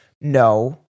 No